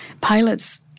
pilots